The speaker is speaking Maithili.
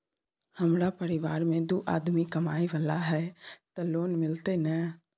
हमरा परिवार में दू आदमी कमाए वाला हे ते लोन मिलते की ने?